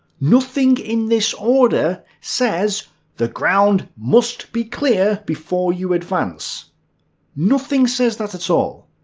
nothing in this order says the ground must be clear before you advance nothing says that at all.